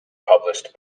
published